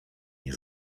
nie